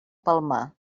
palmar